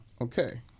Okay